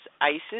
ISIS